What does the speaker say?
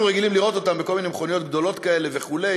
אנחנו רגילים לראות אותם בכל מיני מכוניות גדולות כאלה וכו',